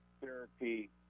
therapy